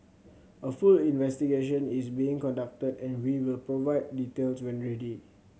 a full investigation is being conducted and we will provide details when ready